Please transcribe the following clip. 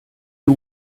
you